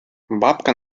бабка